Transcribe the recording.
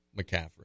McCaffrey